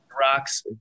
rocks